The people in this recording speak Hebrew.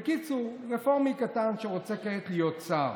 בקיצור, רפורמי קטן שרוצה כעת להיות שר.